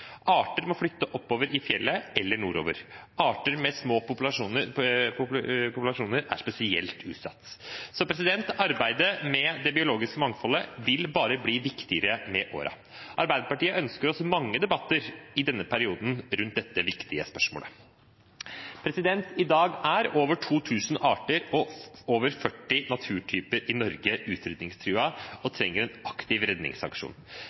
Arter må flytte oppover i fjellet eller nordover. Arter med små populasjoner er spesielt utsatt. Så arbeidet med det biologiske mangfoldet vil bare bli viktigere med årene. Arbeiderpartiet ønsker mange debatter i denne perioden rundt dette viktige spørsmålet. I dag er over 2 000 arter og over 40 naturtyper i Norge utryddingstruet og trenger en aktiv redningsaksjon.